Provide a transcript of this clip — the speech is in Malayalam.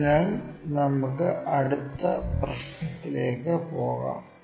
അതിനാൽ നമുക്ക് അടുത്ത പ്രശ്നത്തിലേക്ക് പോകാം